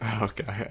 okay